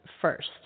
first